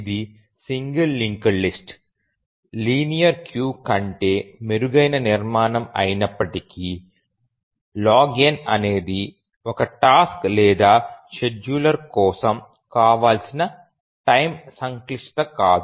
ఇది single linked list linear queue కంటే మెరుగైన నిర్మాణం అయినప్పటికీ log n అనేది ఒక టాస్క్ లేదా షెడ్యూలర్ కోసం కావాల్సిన టైమ్ సంక్లిష్టత కాదు